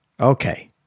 Okay